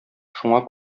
шуңа